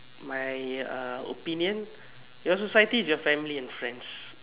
my uh opinion your society is your family and friends